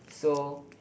so